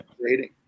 creating